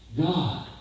God